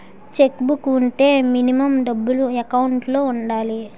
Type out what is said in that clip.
Check book వుంటే minimum డబ్బులు account లో ఉండాలి?